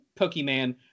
Pokemon